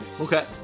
Okay